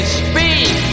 speak